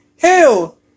hell